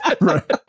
Right